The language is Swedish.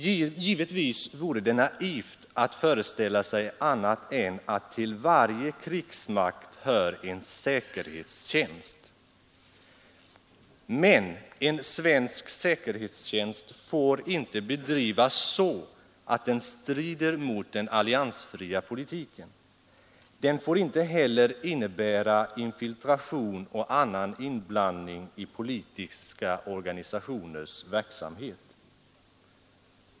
Givetvis vore det naivt att föreställa sig annat än att till varje krigsmakt hör en säkerhetstjänst. Men en svensk säkerhetstjänst får inte bedrivas så att den strider mot den alliansfria politiken. Den får inte heller innebära infiltration och annan inblandning i politiska organisationers verksamhet.